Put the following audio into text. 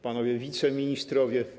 Panowie Wiceministrowie!